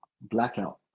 blackout